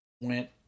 went